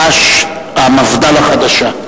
דש מפד"ל החדשה.